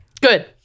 good